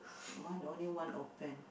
mine only one open